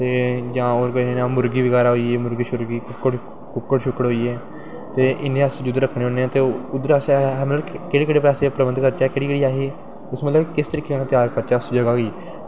जां फ्ही मुर्गी बगैरा होई कुक्कड़ शिक्कड़ होइये ते इ'नेंगी जिध्दर अस रक्खनें होनें ते उध्दर अस केह्ड़े केह्ड़े उसी मतलव किस तरीके कन्नैं त्यार करचै